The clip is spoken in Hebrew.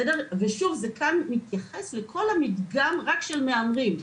שוב, זה מתייחס לכל המדגם רק של מהמרים.